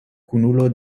kunulo